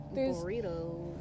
Burritos